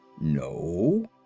No